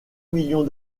millions